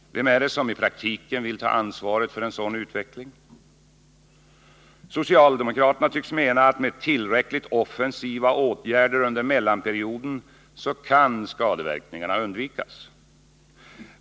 Vem vill i praktiken ta ansvaret för en sådan utveckling? Socialdemokraterna tycks mena att skadeverkningarna kan undvikas med tillräckligt offensiva åtgärder under mellanperioden.